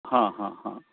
हँ हँ हँ